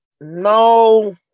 No